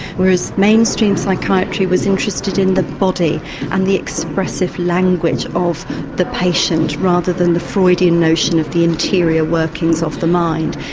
whereas mainstream psychiatry was interested in the body and the expressive language of the patient rather than the freudian notion of the interior workings of the mind.